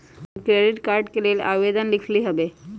हम credit card के लेल आवेदन लिखली हबे